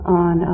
on